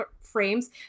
frames